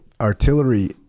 Artillery